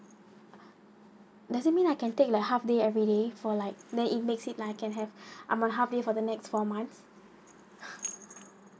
does it means I can take like half day everyday for like there it makes it like I can have on a half day for the next four months